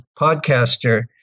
podcaster